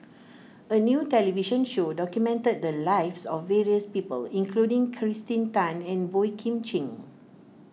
a new television show documented the lives of various people including Kirsten Tan and Boey Kim Cheng